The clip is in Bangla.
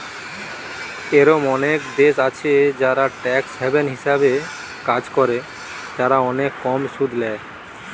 এরোম অনেক দেশ আছে যারা ট্যাক্স হ্যাভেন হিসাবে কাজ করে, যারা অনেক কম সুদ ল্যায়